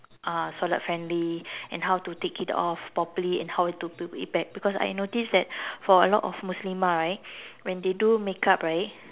ah solat friendly and how to take it off properly and how to put it back because I noticed that for a lot of muslimah right when they do makeup right